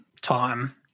time